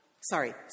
sorry